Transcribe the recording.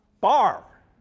Bar